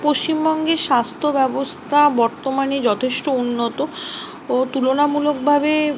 পশ্চিমবঙ্গে স্বাস্থ্য ব্যবস্থা বর্তমানে যথেষ্ট উন্নত ও তুলনামূলকভাবে